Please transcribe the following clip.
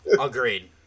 Agreed